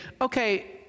okay